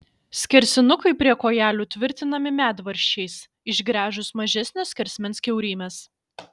skersinukai prie kojelių tvirtinami medvaržčiais išgręžus mažesnio skersmens kiaurymes